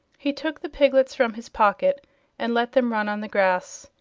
he took the piglets from his pocket and let them run on the grass,